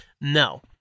no